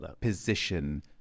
position